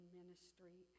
ministry